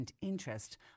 interest